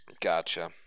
Gotcha